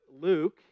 Luke